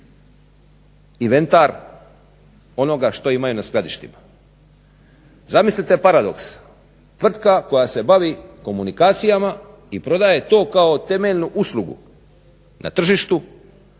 inventar onoga što imaju na skladištima. Zamislite paradoks. Tvrtka koja se bavi komunikacijama i prodaje to kao temeljnu uslugu na tržištu